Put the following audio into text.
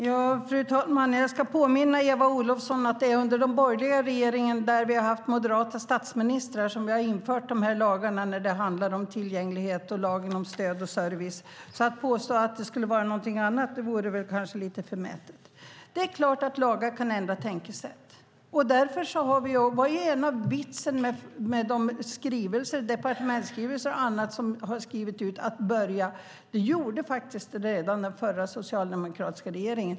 Fru talman! Jag ska påminna Eva Olofsson om att det är under den borgerliga regeringen med moderata statsministrar som vi har infört lagarna om tillgänglighet och lagen om stöd och service. Att påstå att det är fråga om något annat är lite förmätet. Det är klart att lagar kan ändra tänkesätt. Det är vitsen med departementsskrivelser och andra skrivelser. Det gjorde redan den förra socialdemokratiska regeringen.